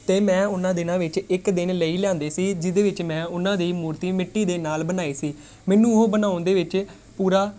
ਅਤੇ ਮੈਂ ਉਹਨਾਂ ਦਿਨਾਂ ਵਿੱਚ ਇੱਕ ਦਿਨ ਲਈ ਲਿਆਂਦੇ ਸੀ ਜਿਹਦੇ ਵਿੱਚ ਮੈਂ ਉਹਨਾਂ ਦੀ ਮੂਰਤੀ ਮਿੱਟੀ ਦੇ ਨਾਲ ਬਣਾਈ ਸੀ ਮੈਨੂੰ ਉਹ ਬਣਾਉਣ ਦੇ ਵਿੱਚ ਪੂਰਾ